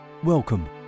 Welcome